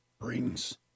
brings